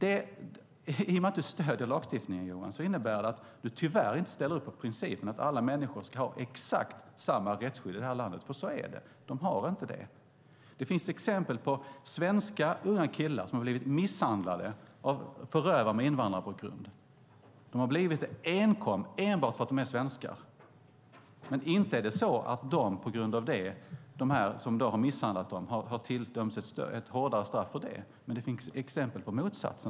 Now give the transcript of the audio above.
I och med att du stöder lagstiftningen, Johan, innebär det att du tyvärr inte ställer upp på principen att alla människor ska ha exakt samma rättsskydd i det här landet. Så är det. De har inte det. Det finns exempel på unga svenska killar som har blivit misshandlade av förövare med invandrarbakgrund enbart för att de är svenskar. Men inte har de som misshandlat dem tilldömts ett hårdare straff för det. Däremot finns det exempel på motsatsen.